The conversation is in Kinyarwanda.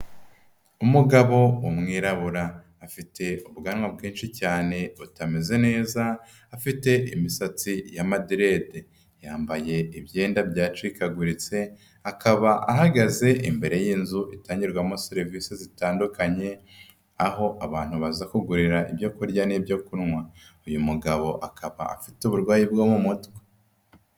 Umugabo w'umwirabura, afite ubwanwa bwinshi cyane butameze neza, afite imisatsi y'amadirede, yambaye ibyenda byacikaguritse, akaba ahagaze imbere y'inzu itangirwamo serivise zitandukanye aho abantu baza baza kugurira ibyo kurya n'ibyo kunywa, uyu mugabo akaba afite uburwayi bwo mu mutwe.